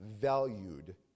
valued